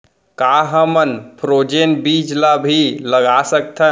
का हमन फ्रोजेन बीज ला भी लगा सकथन?